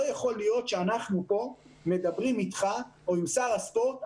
לא יכול להיות שאנחנו פה מדברים איתך או עם שר הספורט,